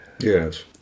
yes